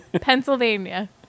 pennsylvania